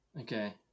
Okay